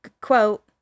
quote